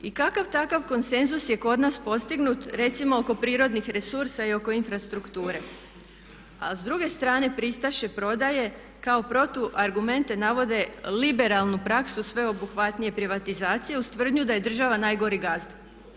I kakav takav konsenzus je kod nas postignut recimo oko prirodnih resursa i oko infrastrukture, a s druge strane pristaše prodaje kao protu argumente navode liberalnu praksu sveobuhvatnije privatizacije uz tvrdnju da je država najgori gazda.